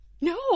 No